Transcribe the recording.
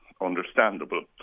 understandable